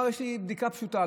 יש לי בדיקה פשוטה,